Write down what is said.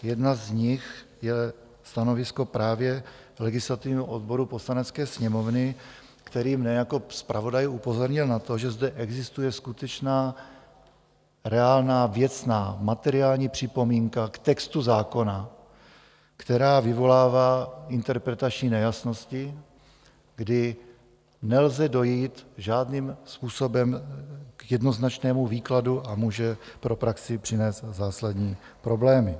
Jedna z nich je stanovisko právě legislativního odboru Poslanecké sněmovny, který mě jako zpravodaje upozornil na to, že zde existuje skutečná reálná věcná materiální připomínka k textu zákona, která vyvolává interpretační nejasnosti, kdy nelze dojít žádným způsobem k jednoznačnému výkladu a může pro praxi přinést zásadní problémy.